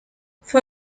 fue